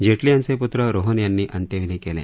जेटली यांचे पुत्र रोहन यांनी अंत्यविधी केले